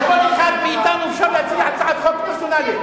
על כל אחד מאתנו אפשר להציע הצעת חוק פרסונלית.